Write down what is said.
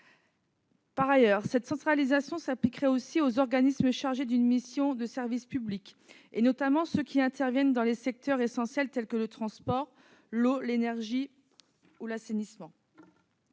Par ailleurs, cette centralisation s'appliquerait aussi aux organismes chargés d'une mission de service public, notamment ceux qui interviennent dans des secteurs essentiels tels que le transport, l'eau, l'énergie ou l'assainissement.